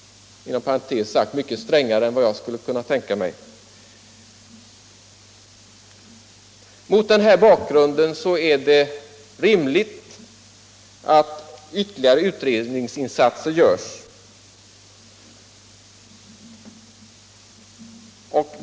Inom parentes är det en mycket strängare beskattning än jag skulle kunna tänka mig. Mot den här bakgrunden är det rimligt att ytterligare utredningsinsatser görs.